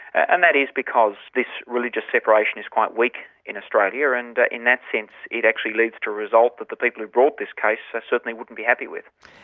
and that is because this religious separation is quite weak in australia, and in that sense it actually leads to a result that the people who brought this case certainly wouldn't be happy with.